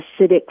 acidic